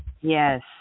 Yes